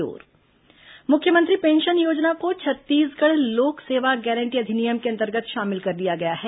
मुख्यमंत्री पेंशन योजना मुख्यमंत्री पेंशन योजना को छत्तीसगढ़ लोक सेवा गारंटी अधिनियम के अंतर्गत शामिल कर लिया गया है